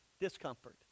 discomfort